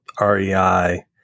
REI